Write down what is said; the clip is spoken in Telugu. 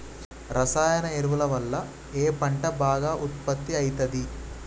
రసాయన ఎరువుల వల్ల ఏ పంట బాగా ఉత్పత్తి అయితది?